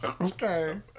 Okay